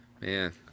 Man